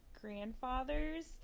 grandfather's